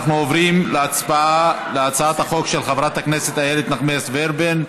אנחנו עוברים להצעת החוק של חברת הכנסת איילת נחמיאס ורבין.